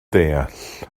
deall